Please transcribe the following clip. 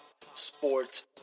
sports